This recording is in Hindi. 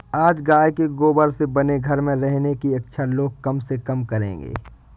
आज गाय के गोबर से बने घर में रहने की इच्छा लोग कम से कम करेंगे